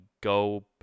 go